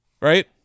Right